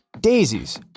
daisies